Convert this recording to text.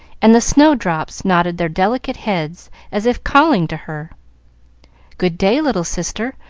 and the snowdrops nodded their delicate heads as if calling to her good day, little sister,